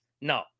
No